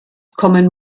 kommen